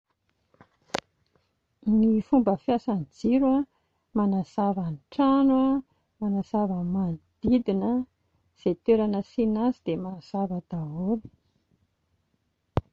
Ny fomba fiasan'ny jiro a, manazava ny trano a, manazava ny manodidina, izay toerana asiana azy dia mazava daholo